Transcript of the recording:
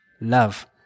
love